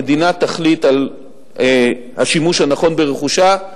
המדינה תחליט על השימוש הנכון ברכושה,